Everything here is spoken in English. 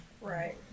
right